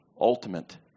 ultimate